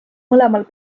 mõlemal